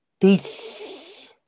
peace